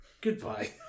goodbye